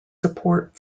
support